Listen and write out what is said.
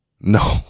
No